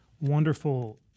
wonderful